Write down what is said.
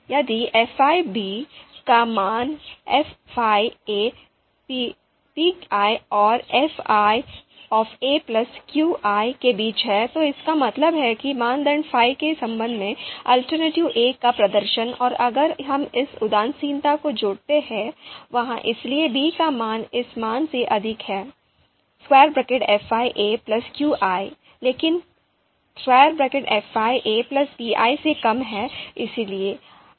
यदि fi का मान fi qi और fi qi के बीच है तो इसका मतलब है कि मानदंड फाई के संबंध में alternative a का प्रदर्शन और अगर हम इस उदासीनता को जोड़ते हैं वहां इसलिए b का मान इस मान से अधिक है fi qi लेकिन fi pi से कम है